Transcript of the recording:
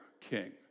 king